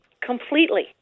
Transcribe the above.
Completely